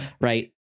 right